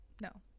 No